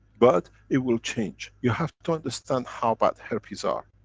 but it will change. you have to understand how bad herpes are.